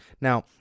Now